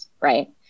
right